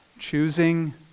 Choosing